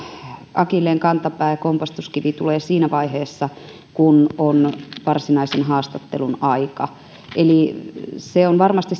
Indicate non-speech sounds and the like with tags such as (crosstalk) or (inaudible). akilleenkantapää ja kompastuskivi tulee siinä vaiheessa kun on varsinaisen haastattelun aika eli on varmasti (unintelligible)